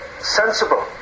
sensible